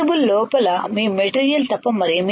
లోపల మీ మెటీరియల్ తప్ప మరేమీ లేదు